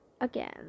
again